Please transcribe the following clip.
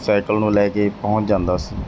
cycle ਨੂੰ ਲੈ ਕੇ ਪਹੁੰਚ ਜਾਂਦਾ ਸੀ